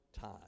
time